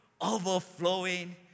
overflowing